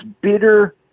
bitter